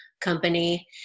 company